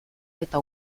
eta